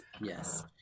yes